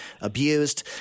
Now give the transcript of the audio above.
abused